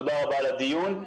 תודה רבה על הדיון.